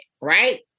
right